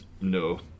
no